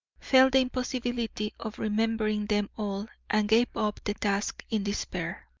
felt the impossibility of remembering them all and gave up the task in despair.